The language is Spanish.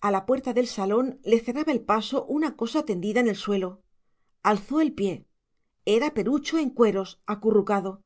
a la puerta del salón le cerraba el paso una cosa tendida en el suelo alzó el pie era perucho en cueros acurrucado